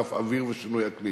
אגף אוויר ושינוי אקלים.